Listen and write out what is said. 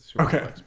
okay